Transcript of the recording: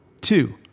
two